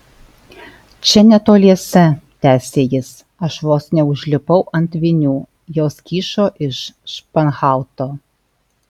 čia netoliese tęsė jis aš vos neužlipau ant vinių jos kyšo iš španhauto